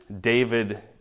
David